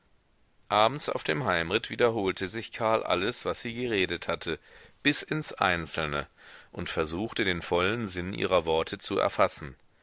abends auf dem heimritt wiederholte sich karl alles was sie geredet hatte bis ins einzelne und versuchte den vollen sinn ihrer worte zu erfassen